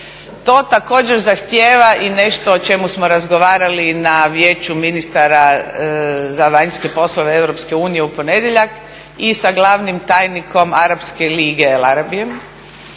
To također zahtjeva i nešto o čemu smo razgovarali na vijeću ministara za vanjske poslove Europske unije u ponedjeljak i sa glavnim tajnikom Arapske lige Elarabyjem.